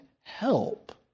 help